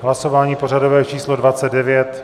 Hlasování pořadové číslo 29.